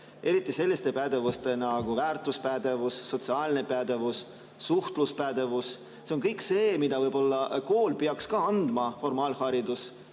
eriti sellistele pädevustele nagu väärtuspädevus, sotsiaalne pädevus, suhtluspädevus. See on kõik see, mida võib‑olla peaks andma ka kool, formaalharidus,